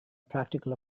practical